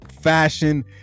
fashion